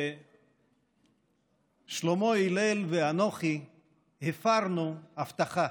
ששלמה הלל ואנוכי הפרנו הבטחה,